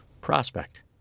Prospect